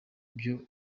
ibyo